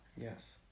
Yes